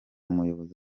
umuyobozi